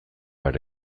are